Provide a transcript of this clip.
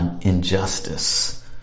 injustice